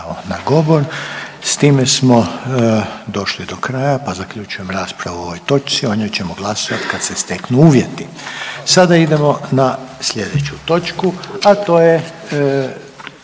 S time smo došli do kraja pa zaključujem raspravu o ovoj točci. O njoj ćemo glasovati kad se steknu uvjeti. **Sanader, Ante